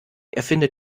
erfindet